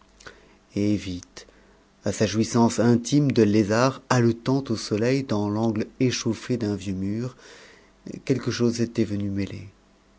vite à sa jouissance intime de lézard haletant au soleil dans l'angle échauffé d'un vieux mur quelque chose s'était venu mêler